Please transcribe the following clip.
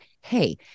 hey